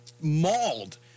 mauled